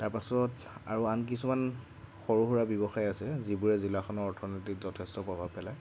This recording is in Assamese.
তাৰপাছত আৰু আন কিছুমান সৰু সুৰা ব্যৱসায় আছে যিবোৰে জিলাখনৰ অৰ্থনীতিত যথেষ্ট প্ৰভাৱ পেলায়